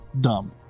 dumb